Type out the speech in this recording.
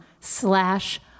slash